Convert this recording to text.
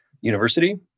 university